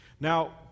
Now